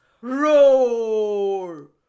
Roar